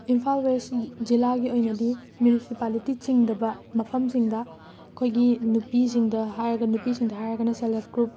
Imphal west ꯖꯤ ꯖꯤꯂꯥꯒꯤ ꯑꯣꯏꯅꯗꯤ ꯃ꯭ꯌꯨꯅꯤꯁꯤꯄꯥꯂꯤꯇꯤ ꯆꯤꯡꯗꯕ ꯃꯐꯝꯁꯤꯡꯗ ꯑꯩꯈꯣꯏꯒꯤ ꯅꯨꯄꯤꯁꯤꯡꯗ ꯍꯥꯏꯔꯒ ꯅꯨꯄꯤꯁꯤꯡꯗ ꯍꯥꯏꯔꯒꯅ ꯁꯦꯜ ꯍꯦꯐ ꯒ꯭ꯔꯨꯞ